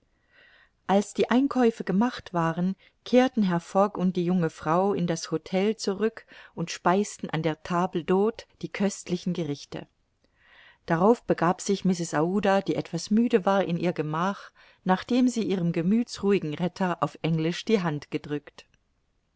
als die einkäufe gemacht waren kehrten herr fogg und die junge frau in das htel zurück und speisten an der table d'hte die köstlichen gerichte darauf begab sich mrs aouda die etwas müde war in ihr gemach nachdem sie ihrem gemüthsruhigen retter auf englisch die hand gedrückt